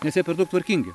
nes jie per daug tvarkingi